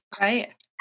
Right